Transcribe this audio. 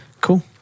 Cool